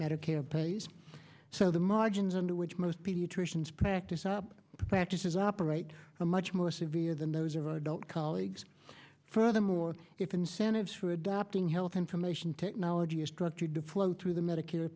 medicare pays so the margins under which most pediatricians practice up to practices operate a much more severe than those of our adult colleagues furthermore if incentives for adopting health information technology are structured to flow through the medica